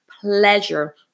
pleasure